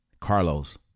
Carlos